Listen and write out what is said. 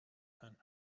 and